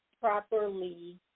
properly